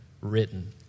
written